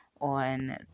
on